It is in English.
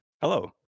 Hello